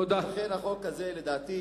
לכן החוק הזה הוא לדעתי